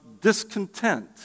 discontent